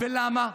ולמה?